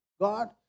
God